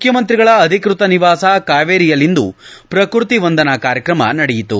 ಮುಖ್ಯಮಂತ್ರಿಗಳ ಅಧಿಕೃತ ನಿವಾಸ ಕಾವೇರಿಯಲ್ಲಿಂದು ಪ್ರಕೃತಿ ವಂದನಾ ಕಾರ್ಯಕ್ರಮ ನಡೆಯಿತು